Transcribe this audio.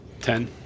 Ten